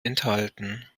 enthalten